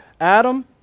Adam